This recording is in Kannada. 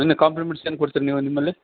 ಇನ್ನು ಕಾಂಪ್ಲಿಮೆಂಟ್ಸ್ ಏನು ಕೊಡ್ತಿರಾ ನೀವು ನಿಮ್ಮಲ್ಲಿ